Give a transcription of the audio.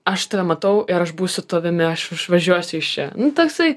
aš tave matau ir aš būsiu tavimi aš išvažiuosiu iš čia toksai